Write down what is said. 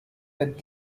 with